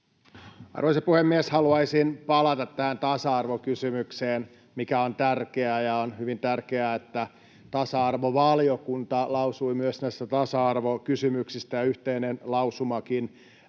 Arvoisa puhemies! Haluaisin palata tähän tasa-arvokysymykseen, mikä on tärkeä. On hyvin tärkeää, että tasa-arvovaliokunta lausui myös näistä tasa-arvokysymyksistä ja yhteinen lausumakin siitä